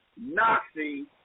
Nazi